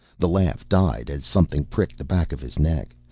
the laugh died as something pricked the back of his neck.